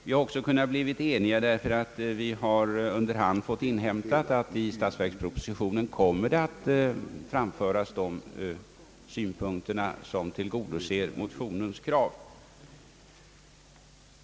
Vi har också kunnat bli eniga inom utskottet därför att vi under hand har kunnat inhämta, att i statsverkspropositionen kommer att framföras synpunkter som tillgodoser motionens krav.